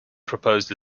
proposed